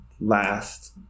last